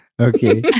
Okay